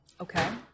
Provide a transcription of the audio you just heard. Okay